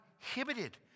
inhibited